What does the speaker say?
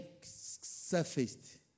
surfaced